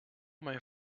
mijn